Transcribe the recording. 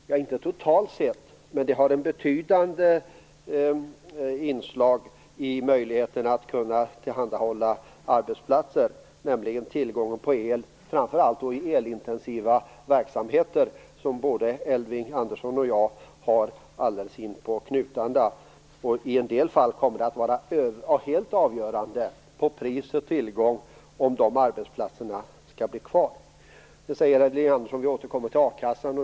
Nej, inte totalt sett, men det finns här ett betydande inslag när det gäller möjligheten att tillhandahålla arbetsplatser. Det gäller då tillgången på el, framför allt i elintensiva verksamheter. Sådana har både Elving Andersson och jag alldeles inpå knutarna. I en del fall kommer det att vara helt avgörande för pris och tillgång om de arbetsplatserna blir kvar. Elving Andersson säger att vi senare återkommer till a-kassan.